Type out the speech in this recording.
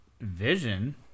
Vision